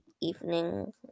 evening